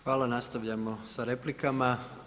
Hvala nastavljamo sa replikama.